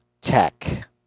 Tech